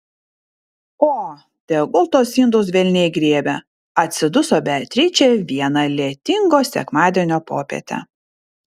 o tegul tuos indus velniai griebia atsiduso beatričė vieną lietingo sekmadienio popietę